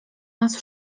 nas